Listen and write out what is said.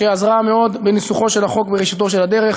שעזרה מאוד בניסוח החוק בראשית הדרך.